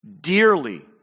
dearly